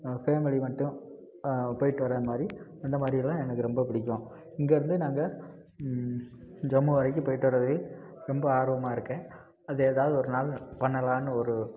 family மட்டும் போய்ட்டு வர்றமாதிரி அந்தமாதிரி எல்லாம் எனக்கு ரொம்ப பிடிக்கும் இங்கே இருந்து நாங்கள் ஜம்மு வரைக்கும் போய்விட்டு வர்றது ரொம்ப ஆர்வமாக இருக்கேன் அது ஏதாவது ஒரு நாள் பண்ணலான்னு ஒரு